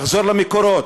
לחזור למקורות,